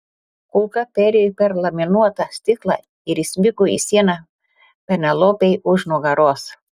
kulka perėjo per laminuotą stiklą ir įsmigo į sieną penelopei už nugaros